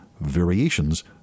Variations